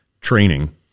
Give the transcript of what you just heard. training